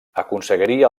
aconseguiria